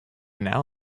now